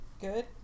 Good